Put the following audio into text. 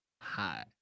Hi